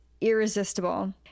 irresistible